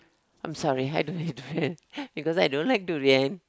I'm sorry I don't eat durian because I don't like durian